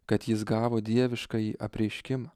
kad jis gavo dieviškąjį apreiškimą